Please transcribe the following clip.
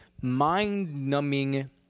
mind-numbing